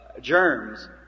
germs